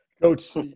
Coach